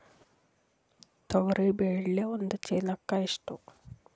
ತೊಗರಿ ಬೇಳೆ ಒಂದು ಚೀಲಕ ಎಷ್ಟು?